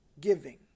giving